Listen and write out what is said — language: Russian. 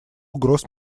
угроз